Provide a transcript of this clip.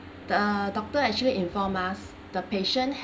the doctor actually inform us the patient